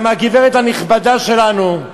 גם הגברת הנכבדה שלנו,